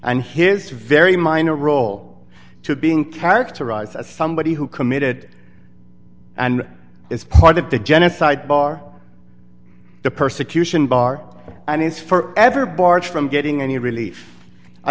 and his very minor role to being characterized as somebody who committed and is part of the genocide bar the persecution bar i mean is for ever barred from getting any relief i